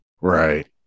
Right